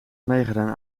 meegedaan